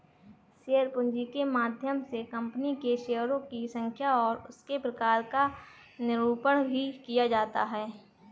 share पूंजी के माध्यम से कंपनी के शेयरों की संख्या और उसके प्रकार का निरूपण भी किया जाता है